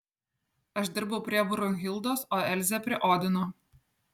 aš dirbau prie brunhildos o elzė prie odino